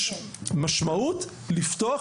יש משמעות לפתוח,